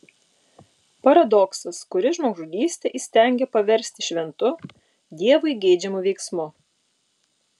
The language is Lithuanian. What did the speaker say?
paradoksas kuris žmogžudystę įstengia paversti šventu dievui geidžiamu veiksmu